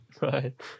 Right